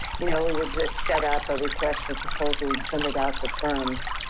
you know we would just set up a request for proposals and send it out to firms.